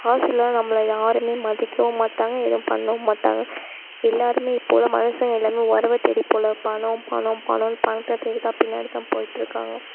காசு இல்லை நம்மள யாருமே மதிக்கவும் மாட்டாங்க ஏதும் பண்ணவும் மாட்டாங்க எல்லாருமே இப்போது உள்ள மனுஷங்க எல்லாமே உறவ தேடி போல பணம் பணம் பணன்னு பணத்தை தேடி தான் பின்னாடி தான் போயிட்டிருக்காங்க